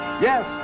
Yes